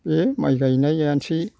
बे माइ गायनायानोसै